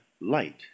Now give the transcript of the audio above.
light